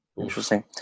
Interesting